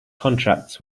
contracts